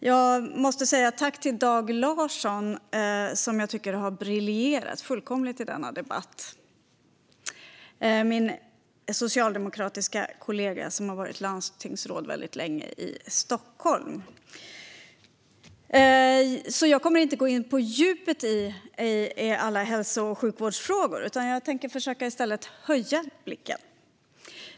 Jag måste säga tack till Dag Larsson, min socialdemokratiske kollega som har varit landstingsråd i Stockholm väldigt länge. Han har fullkomligt briljerat i denna debatt. Jag kommer inte att gå in på djupet i alla hälso och sjukvårdsfrågor. Jag tänker i stället försöka höja blicken.